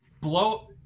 Blow